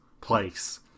place